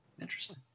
Interesting